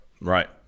Right